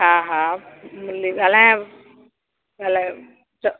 हा हा मिली ॻाल्हायांव ॻाल्हायो च